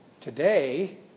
today